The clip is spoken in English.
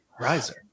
Riser